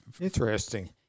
interesting